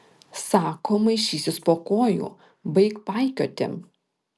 sako maišysis po kojų baik paikioti